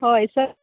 हय सर